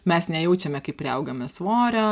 mes nejaučiame kaip priaugame svorio